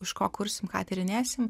iš ko kursim ką tyrinėsim